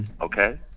Okay